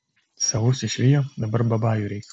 savus išvijo dabar babajų reik